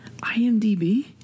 IMDB